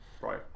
Right